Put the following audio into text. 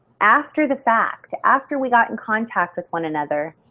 after the fact, after we got in contact with one another,